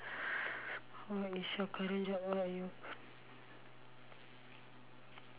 what is your career job